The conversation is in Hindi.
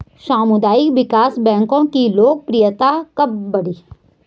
सामुदायिक विकास बैंक की लोकप्रियता कब बढ़ी?